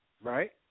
right